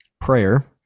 prayer